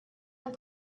and